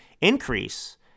increase